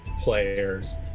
players